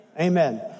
Amen